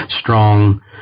strong